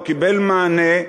הוא קיבל מענה.